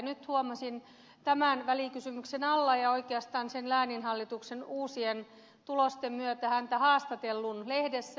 nyt huomasin tämän välikysymyksen alla ja oikeastaan lääninhallituksen uusien tulosten myötä häntä haastatellun lehdessä